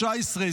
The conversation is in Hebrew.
19,